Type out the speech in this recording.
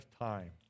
time